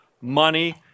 money